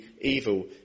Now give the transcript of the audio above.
evil